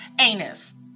anus